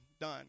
done